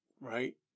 right